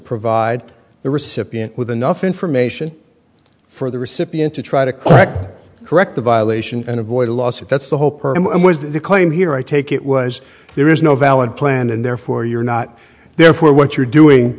provide the recipient with enough information for the recipient to try to correct correct the violation and avoid a lawsuit that's the whole permit was the claim here i take it was there is no valid plan and therefore you're not there for what you're doing